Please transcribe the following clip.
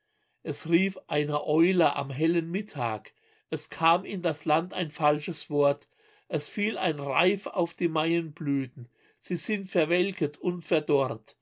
es rief eine eule am hellen mittag es kam in das land ein falsches wort es fiel ein reif auf die maienblüten sie sind verwelket und verdorrt